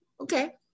Okay